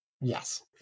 Yes